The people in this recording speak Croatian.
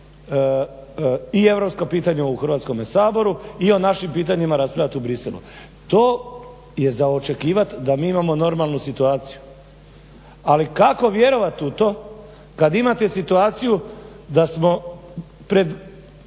i europska pitanja u Hrvatskome saboru i o našim pitanjima raspravljati u Bruxellesu. To je za očekivati da mi imamo normalnu situaciju, ali kako vjerovati u to kad imate situaciju da smo pred